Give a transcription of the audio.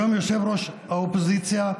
היום יושב-ראש האופוזיציה,